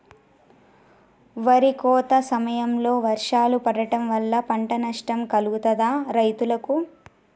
వరి కోత సమయంలో వర్షాలు పడటం వల్ల పంట నష్టం కలుగుతదా రైతులకు?